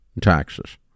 Taxes